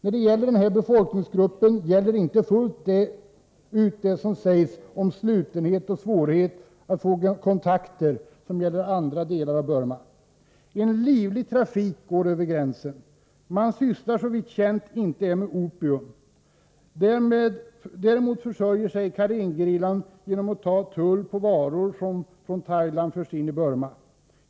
I fråga om denna befolkningsgrupp gäller inte fullt ut det som sägs om slutenhet och svårighet att få kontakter som gäller andra delar av Burma. En livlig trafik pågår över gränsen. Man sysslar såvitt känt är inte med opium. Däremot försörjer sig Karengerillan genom att ta upp tull för varor som från Thailand förs in i Burma.